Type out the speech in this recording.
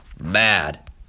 mad